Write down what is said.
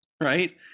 right